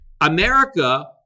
America